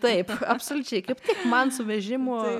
taip absoliučiai kaip tik man su vežimu